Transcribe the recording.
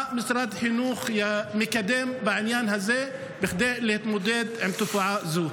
מה משרד החינוך מקדם בעניין הזה כדי להתמודד עם תופעה זו?